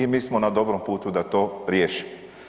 I mi smo na dobrom putu da to riješimo.